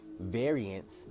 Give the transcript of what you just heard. variants